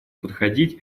подходить